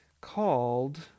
called